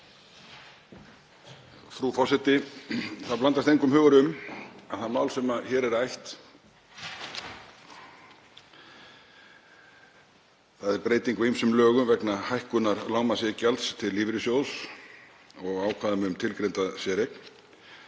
Það blandast engum hugur um það mál sem hér er rætt, þ.e. breyting á ýmsum lögum vegna hækkunar lágmarksiðgjalds til lífeyrissjóðs og ákvæða um tilgreinda séreign,